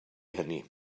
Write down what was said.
hynny